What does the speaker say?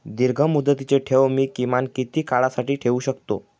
दीर्घमुदतीचे ठेव मी किमान किती काळासाठी ठेवू शकतो?